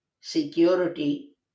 security